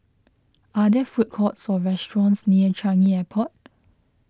are there food courts or restaurants near Changi Airport